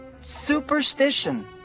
superstition